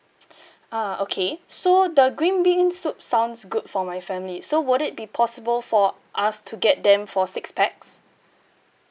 ah okay so the green bean soup sounds good for my family so would it be possible for us to get them for six pax